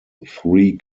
three